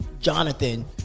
Jonathan